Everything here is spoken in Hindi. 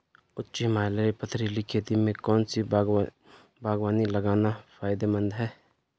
उच्च हिमालयी पथरीली खेती में कौन सी बागवानी लगाना फायदेमंद है?